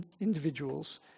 individuals